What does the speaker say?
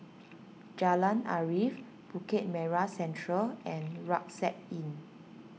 Jalan Arif Bukit Merah Central and Rucksack Inn